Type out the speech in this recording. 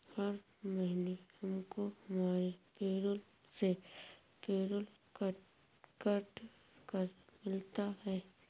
हर महीने हमको हमारी पेरोल से पेरोल कर कट कर मिलता है